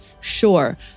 sure